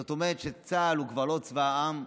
זאת אומרת שצה"ל הוא כבר לא צבא העם,